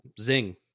Zing